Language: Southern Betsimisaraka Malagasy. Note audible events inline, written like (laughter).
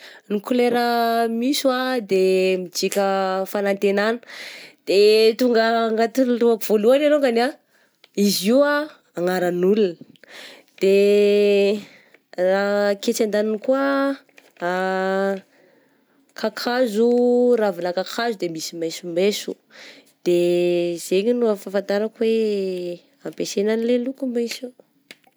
Ny kolera minso ah de midika fanantenana, de tonga anatin'ny lohako voalohany alongany ah izy io anaran'olona de raha aketsy andaniny koa (noise) (hesitation) kakazo, ravina kakazo de misy mainsomainso, de zegny no fahafantarako hoe ampiasaigna anle loko mainso.